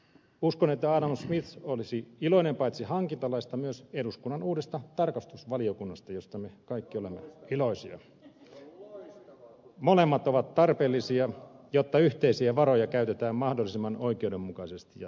uskon että adam smith olisi iloinen paitsi hankintalaista myös eduskunnan uudesta tarkastusvaliokunnasta josta me kaikki olemme iloisia molemmat ovat tarpeellisia jotta yhteisiä varoja käytetään mahdollisimman oikeudenmukaisesti ja tehokkaasti